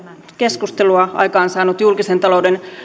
keskustelua aikaansaanut julkisen talouden